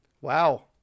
Wow